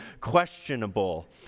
questionable